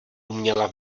uměla